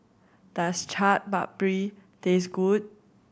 does Chaat Papri taste good